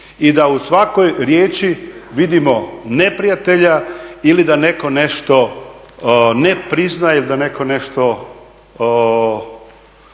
i da u svakoj riječi vidimo neprijatelja ili da netko nešto ne priznaje, da netko nešto